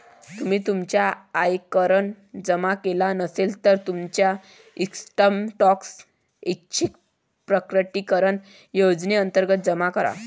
तुम्ही तुमचा आयकर जमा केला नसेल, तर तुमचा इन्कम टॅक्स ऐच्छिक प्रकटीकरण योजनेअंतर्गत जमा करा